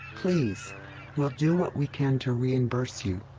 please we'll do what we can to reimburse you!